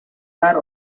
dar